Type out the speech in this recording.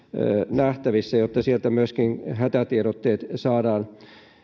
nähtävissä jotta sieltä myöskin hätätiedotteet saadaan